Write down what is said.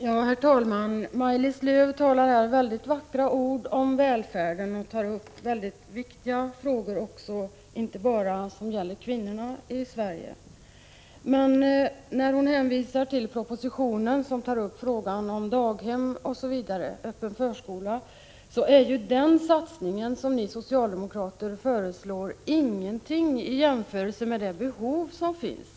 Herr talman! Maj-Lis Lööw talar vackra ord om välfärden. Hon tar upp andra viktiga frågor också, inte bara vad gäller kvinnorna i Sverige. Men i propositionen som tar upp frågan om daghem och öppen förskola är den satsning som ni socialdemokrater föreslår ingenting i jämförelse med det behov som finns.